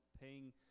paying